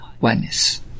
oneness